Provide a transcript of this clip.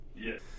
Yes